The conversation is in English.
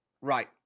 Right